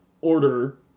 order